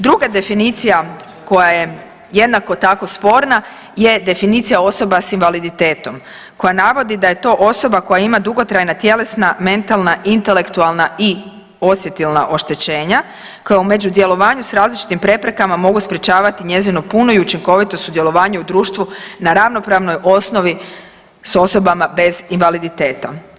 Druga definicija koja je jednako tako sporna je definicija osoba s invaliditetom koja navodi da je to osoba koja ima dugotrajna tjelesna, mentalna, intelektualna i osjetilna oštećenja kao međudjelovanju s različitim preprekama mogu sprječavati njezino puno i učinkovito sudjelovanje u društvu na ravnopravnoj osnovi s osobama bez invaliditeta.